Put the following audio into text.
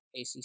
ACC